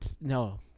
No